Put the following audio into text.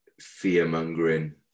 fear-mongering